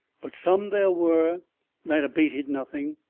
but some there were that abated nothing,